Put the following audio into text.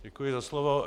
Děkuji za slovo.